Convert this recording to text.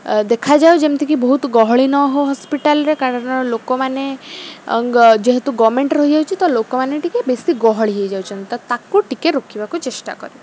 ଦେଖାଯାଉ ଯେମିତିକି ବହୁତ ଗହଳି ନ ହଉ ହସ୍ପିଟାଲରେ କାରଣ ଲୋକମାନେ ଯେହେତୁ ଗଭର୍ନମେଣ୍ଟ ରହିଯାଉଛି ତ ଲୋକମାନେ ଟିକେ ବେଶୀ ଗହଳି ହେଇଯାଉଛନ୍ତି ତ ତାକୁ ଟିକେ ରୋକିବାକୁ ଚେଷ୍ଟା କରିବା